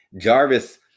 Jarvis